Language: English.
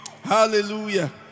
Hallelujah